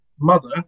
mother